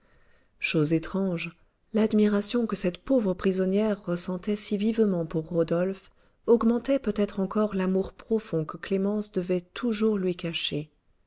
chose étrange l'admiration que cette pauvre prisonnière ressentait si vivement pour rodolphe augmentait peut-être encore l'amour profond que clémence devait toujours lui cacher